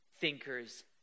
thinkers